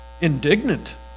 indignant